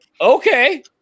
Okay